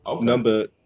Number